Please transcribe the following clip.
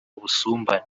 ubusumbane